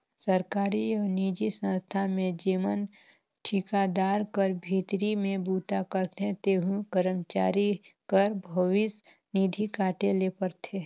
सरकारी अउ निजी संस्था में जेमन ठिकादार कर भीतरी में बूता करथे तेहू करमचारी कर भविस निधि काटे ले परथे